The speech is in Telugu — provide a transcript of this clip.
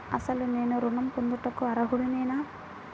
అసలు నేను ఋణం పొందుటకు అర్హుడనేన?